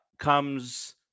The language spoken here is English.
comes